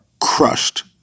crushed